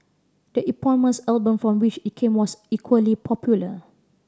the eponymous album from which it came was equally popular